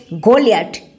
Goliath